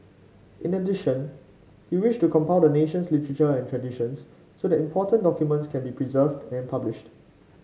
in addition he wished to compile the nation's literature and traditions so that important documents could be preserved and published